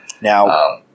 Now